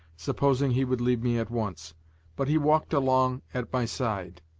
supposing he would leave me at once but he walked along at my side.